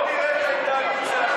בואו נראה את ההתנהלות שלכם.